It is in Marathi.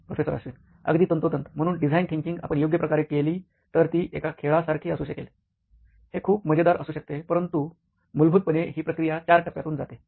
प्रोफेसर अश्विन अगदी तंतोतंत म्हणून डिझाईन थिंकिंग आपण योग्य प्रकारे केली तर ती एका खेळासारखी असू शकेल हे खूप मजेदार असू शकते परंतु मूलभूतपणे ही प्रक्रिया चार टप्प्या तून जाते